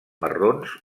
marrons